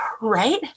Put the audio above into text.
right